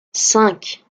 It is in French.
cinq